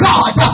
God